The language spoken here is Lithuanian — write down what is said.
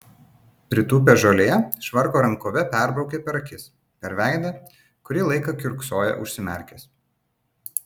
pritūpęs žolėje švarko rankove perbraukė per akis per veidą kurį laiką kiurksojo užsimerkęs